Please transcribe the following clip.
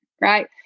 right